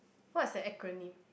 what's an acronym